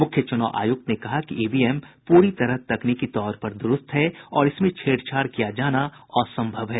मुख्य चुनाव आयुक्त ने कहा कि ईवीएम पूरी तरह से तकनीकी तौर पर द्रुस्त है और इसमें छेड़छाड़ किया जाना असंभव है